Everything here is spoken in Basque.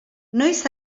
noiz